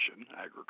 agriculture